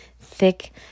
thick